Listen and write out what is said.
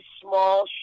small